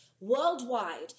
worldwide